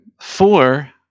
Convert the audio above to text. Four